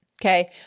okay